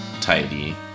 tidy